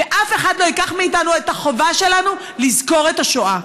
ואף אחד לא ייקח מאיתנו את החובה שלנו לזכור את השואה.